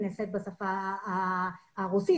בשפה הרוסית,